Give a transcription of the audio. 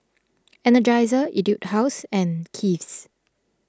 Energizer Etude House and Kiehl's